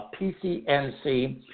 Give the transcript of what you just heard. PCNC